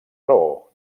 raó